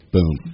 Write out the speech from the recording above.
Boom